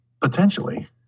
potentially